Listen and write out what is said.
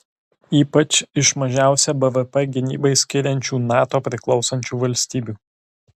ypač iš mažiausią bvp gynybai skiriančių nato priklausančių valstybių